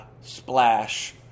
Splash